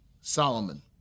Solomon